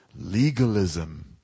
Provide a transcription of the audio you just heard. Legalism